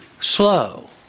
slow